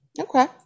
Okay